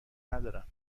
ندارم